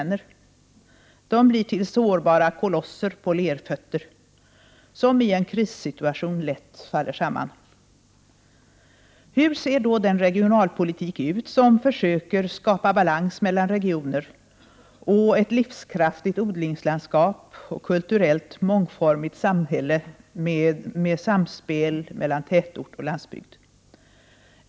De allt större städerna blir sårbara kolosser på lerfötter, som i en krissituation lätt faller samman. Hur ser då en regionalpolitik ut där man försöker skapa balans mellan regioner, försöker skapa ett livskraftigt odlingslandskap och ett kulturellt mångformigt samhälle med samspel mellan tätort och landsbygd?